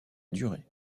durer